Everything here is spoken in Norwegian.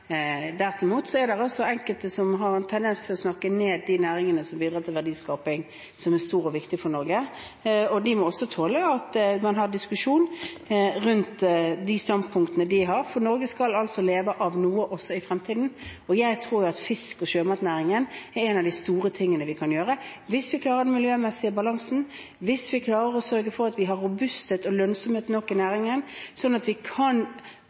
er mørkemenn. Derimot er det enkelte som har en tendens til å snakke ned de næringene som bidrar til verdiskaping, og som er store og viktige for Norge. De må også tåle at man har diskusjon rundt de standpunktene de har, for Norge skal leve av noe også i fremtiden. Jeg tror at fisk – sjømatnæringen – er en av de store tingene vi kan ha, hvis vi klarer den miljømessige balansen, hvis vi klarer å sørge for at vi har robusthet og lønnsomhet nok i næringen, slik at vi kan